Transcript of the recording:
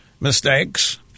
Mistakes